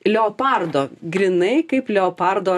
leopardo grynai kaip leopardo